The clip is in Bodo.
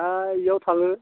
ना इयाव थाङो